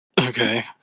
Okay